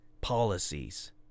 policies